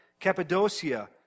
Cappadocia